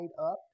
up